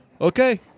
okay